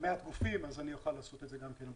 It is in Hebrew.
חושב שאני אוכל לעשות את זה.